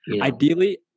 Ideally